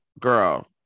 girl